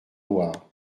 loire